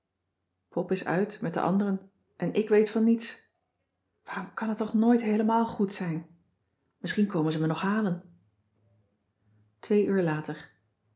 pop is uit met de anderen en k weet van niets waarom kan het toch nooit heelemaal goed zijn misschien komen ze mij nog halen twee uur later